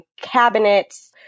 cabinets